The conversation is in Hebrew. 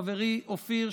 חברי אופיר,